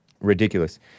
Ridiculous